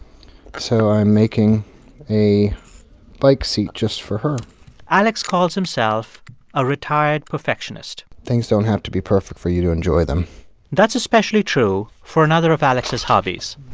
so i'm making a bike seat just for her alex calls himself a retired perfectionist things don't have to be perfect for you to enjoy them that's especially true for another of alex's hobbies